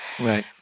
Right